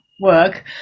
work